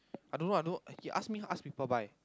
I don't know I don't know he ask me ask people buy